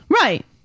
Right